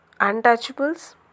untouchables